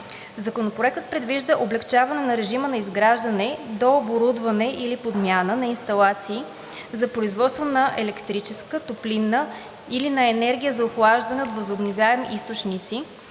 Законопроектът предвижда облекчаване на режима за изграждане, дооборудване или подмяна на инсталации за производство на електрическа, топлинна или енергия за охлаждане от възобновяеми източници